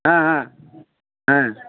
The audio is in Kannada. ಹಾಂ ಹಾಂ ಹಾಂ